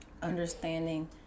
Understanding